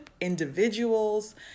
individuals